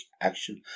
action